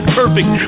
perfect